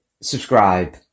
subscribe